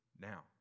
now